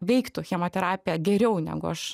veiktų chemoterapija geriau negu aš